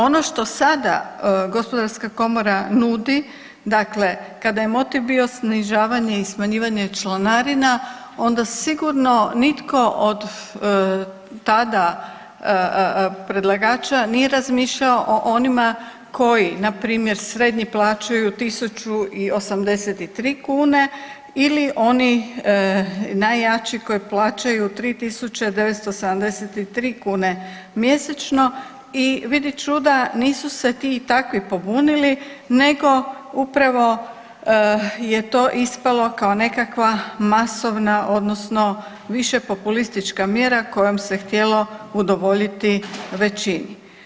Ono što sada Gospodarska komora nudi, dakle kada je motiv bio snižavanje i smanjivanje članarina onda sigurno nitko od tada predlagača nije razmišljao o onima koji npr. srednji plaćaju 1.083 kune ili oni najjači koji plaćaju 3.973 kune mjesečno i vidi čuda nisu se ti i takvi pobunili nego upravo je to ispalo kao nekakva masovna odnosno više populistička mjera kojom se htjelo udovoljiti većini.